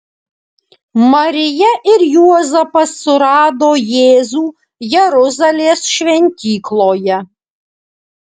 marija ir juozapas surado jėzų jeruzalės šventykloje